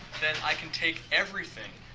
then i can take everything